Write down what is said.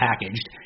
packaged